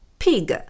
pig